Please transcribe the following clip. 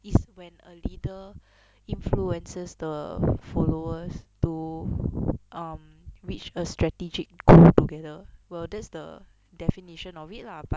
is when a leader influences the followers to um reach a strategic goal together were that's the definition of it lah but